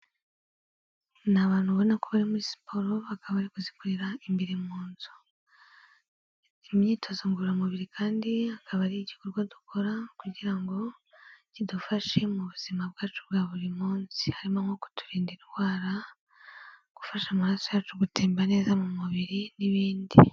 Ni abantu ubona ko bari muri siporo, bakaba bari kuzikorera imbere mu nzu. Imyitozo ngororamubiri kandi akaba ari igikorwa dukora kugira ngo kidufashe mu buzima bwacu bwa buri munsi. Harimo nko kuturinda indwara, gufasha amaraso yacu gutemba neza mu mubiri n'ibindi.